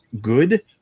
good